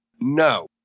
No